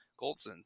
Goldson